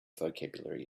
vocabulary